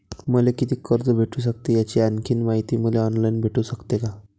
मले कितीक कर्ज भेटू सकते, याची आणखीन मायती मले ऑनलाईन भेटू सकते का?